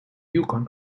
yukon